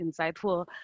insightful